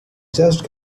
just